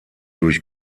durch